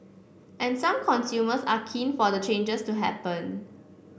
and some consumers are keen for the changes to happen